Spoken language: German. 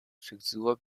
frisur